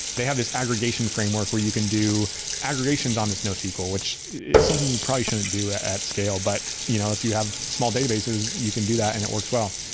they have this aggregation framework where you can do aggregations on the snowsql, which is something you probably shouldn't do at scale. but you know if you have small databases, you can do that and it works well.